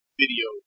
video